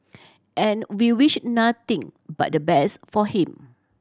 and we'll wish nothing but the best for him